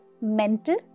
mental